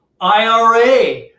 IRA